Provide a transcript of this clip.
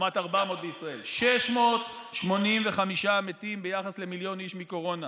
לעומת 400 בישראל, 685 מתים מקורונה